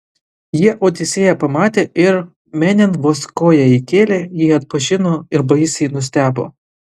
jie odisėją pamatė ir menėn vos koją įkėlę jį atpažino ir baisiai nustebo